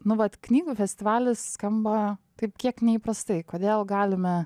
nu vat knygų festivalis skamba taip kiek neįprastai kodėl galime